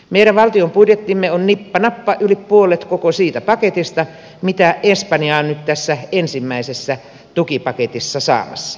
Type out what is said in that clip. meidän valtion budjettimme on nippa nappa yli puolet koko siitä paketista mitä espanja on nyt tässä ensimmäisessä tukipaketissa saamassa